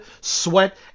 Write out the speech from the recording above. sweat